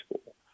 school